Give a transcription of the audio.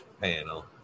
panel